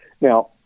Now